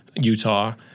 Utah